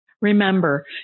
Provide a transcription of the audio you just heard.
Remember